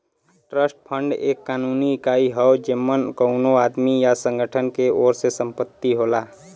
trust fund एक कानूनी इकाई हौ जेमन कउनो आदमी या संगठन के ओर से संपत्ति होला